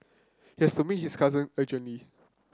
he had to meet his cousin urgently